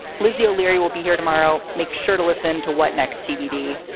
lizzie o'leary will be here tomorrow. make sure to listen to what next tbd.